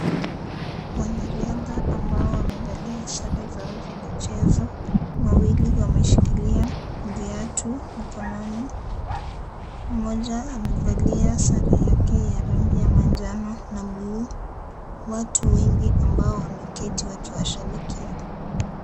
Wanariadha ambao wamevalia sare zao za michezo. Wawili wameshikilia viatu mkononi. Mmoja amevalia sare yake ya rangi ya manjano na bluu. Watu wengi ambao wameketi wakiwashabikia.